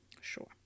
sure